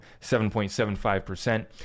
7.75%